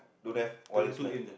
don't have what is smell